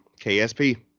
KSP